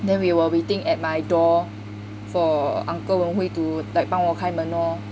then we were waiting at my door for uncle wen hui to like 帮我开门 lor